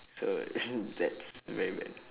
so as in that's very bad